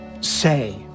say